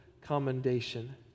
commendation